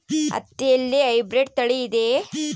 ಹತ್ತಿಯಲ್ಲಿ ಹೈಬ್ರಿಡ್ ತಳಿ ಇದೆಯೇ?